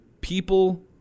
people